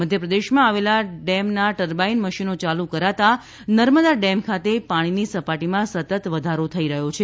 મધ્યપ્રદેશમાં આવેલા ડેમના ટર્બાઇન મશીનો ચાલુ કરાતા નર્મદા ડેમ ખાતે પાણીની સપાટીમાં સતત વધારો થઈ રહ્યો છે